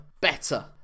better